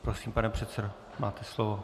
Prosím, pane předsedo, máte slovo.